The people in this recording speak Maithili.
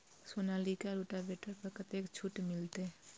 सोनालिका रोटावेटर पर कतेक छूट मिलते?